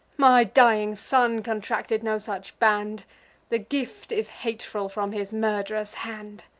my dying son contracted no such band the gift is hateful from his murd'rer's hand.